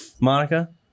Monica